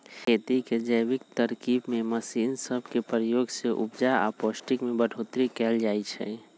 खेती के जैविक तरकिब में मशीन सब के प्रयोग से उपजा आऽ पौष्टिक में बढ़ोतरी कएल जाइ छइ